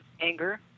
anger